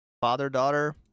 Father-daughter